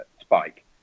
Spike